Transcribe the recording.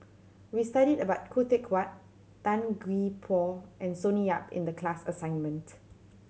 we studied about Khoo Teck Puat Tan Gee Paw and Sonny Yap in the class assignment